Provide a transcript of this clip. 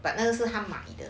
but also 他 mummy 的